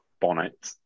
bonnet